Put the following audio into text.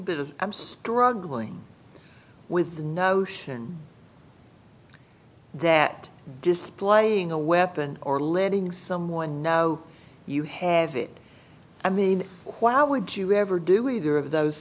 bit as i'm struggling with notion that displaying a weapon or letting someone know you have it i mean why would you ever do either of those